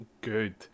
good